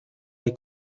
hay